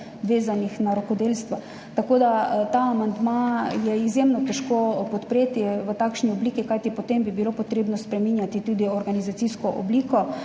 vezanih na rokodelstvo. Tako da ta amandma je izjemno težko podpreti v takšni obliki, kajti potem bi bilo potrebno spreminjati tudi organizacijsko obliko.